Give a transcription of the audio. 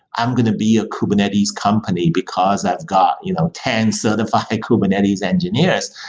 i'm going to be a kubernetes company because i've got you know ten certified kubernetes engineers.